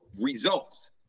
results